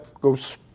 goes